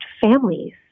families